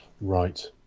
Right